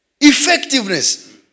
Effectiveness